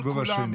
בסיבוב השני.